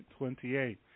28